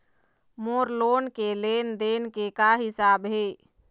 मोर loan के लेन देन के का हिसाब हे?